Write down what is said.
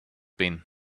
been